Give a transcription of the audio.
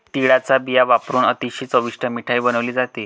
तिळाचा बिया वापरुन अतिशय चविष्ट मिठाई बनवली जाते